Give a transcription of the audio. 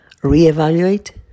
reevaluate